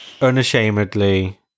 unashamedly